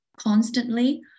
constantly